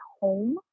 home